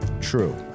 true